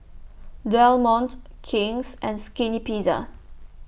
Del Monte King's and Skinny Pizza